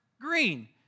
Green